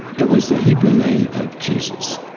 it was the hebrew name of jesus.